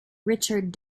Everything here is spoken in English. richard